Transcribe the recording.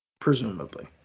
presumably